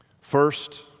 First